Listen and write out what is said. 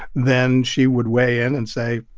then she would weigh in and say,